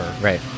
Right